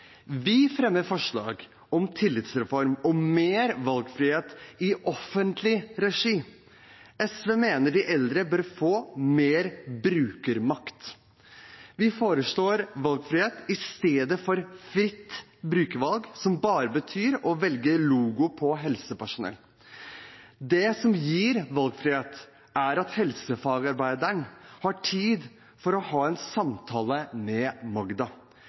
Vi fremmer forslag om tillitsreform og mer valgfrihet i offentlig regi. SV mener de eldre bør få mer brukermakt. Vi foreslår valgfrihet i stedet for fritt brukervalg, som bare betyr å velge logo på helsepersonell. Det som gir valgfrihet, er at helsefagarbeideren har tid til å ha en samtale med